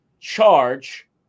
charge